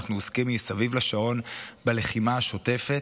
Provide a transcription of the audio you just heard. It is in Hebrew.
ואנחנו עוסקים מסביב לשעון בלחימה השוטפת.